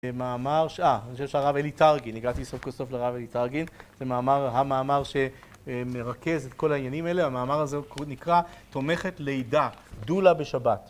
מאמר, אה, אני חושב שהרב אלי טרגין, הגעתי סוף כל סוף לרב אלי טרגין, זה מאמר, המאמר שמרכז את כל העניינים האלה, המאמר הזה הוא נקרא תומכת לידה, דולה בשבת.